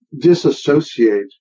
disassociate